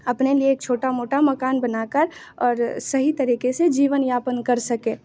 अपने लिए एक छोटा मोटा मकान बना कर और सही तरीक़े से जीवन यापन कर सकें